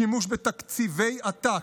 שימוש בתקציבי עתק,